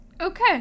okay